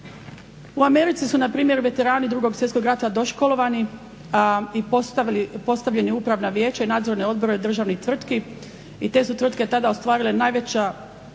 U Americi su npr. veterani Drugog svjetskog rata doškolovani i postavljeni u upravna vijeća i nadzorne odbore državnih tvrtki i te su tvrtke tada ostvarile najveći